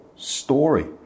story